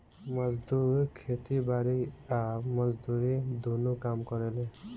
मजदूर खेती बारी आ मजदूरी दुनो काम करेले